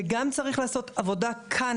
וגם צריך לעשות עבודה כאן,